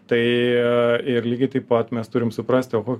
tai ir lygiai taip pat mes turim suprasti o ko